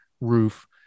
roof